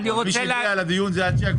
מי שהפריע זה אנשי הקואליציה.